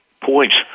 points